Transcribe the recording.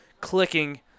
clicking